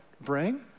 bring